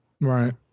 Right